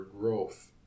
growth